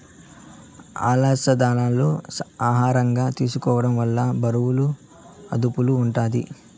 అలసందాలను ఆహారంగా తీసుకోవడం వల్ల బరువు అదుపులో ఉంటాది